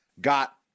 got